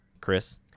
Chris